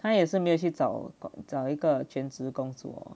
他也是没有去找找一个兼职工作